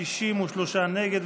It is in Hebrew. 63 נגד,